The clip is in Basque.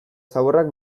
zaborrak